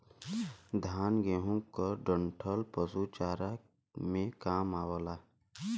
धान, गेंहू क डंठल पशु चारा में काम आवेला